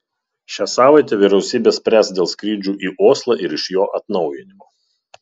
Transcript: šią savaitę vyriausybė spręs dėl skrydžių į oslą ir iš jo atnaujinimo